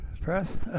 Press